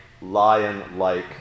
lion-like